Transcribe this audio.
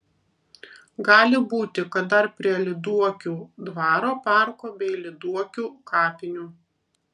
gali būti kad dar prie lyduokių dvaro parko bei lyduokių kapinių